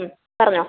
ഉം പറഞ്ഞോളൂ